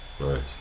Nice